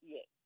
Yes